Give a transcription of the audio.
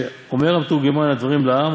וכשאומר המתורגמן הדברים לעם,